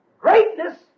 Greatness